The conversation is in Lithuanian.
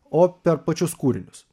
o per pačius kūrinius